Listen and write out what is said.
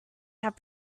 have